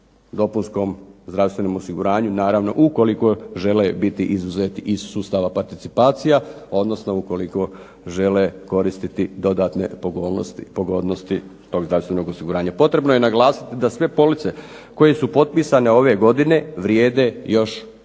dopunskom zdravstvenom osiguranju naravno ukoliko žele biti izuzeti iz sustava participacija, odnosno ukoliko žele koristiti dodatne pogodnosti tog zdravstvenog osiguranja. Potrebno je naglasiti da sve police koje su potpisane ove godine vrijede još godinu